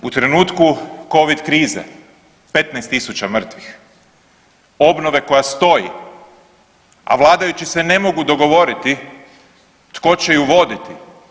U trenutku covid krize 15000 mrtvih, obnove koja stoji a vladajući se ne mogu dogovoriti tko će je voditi.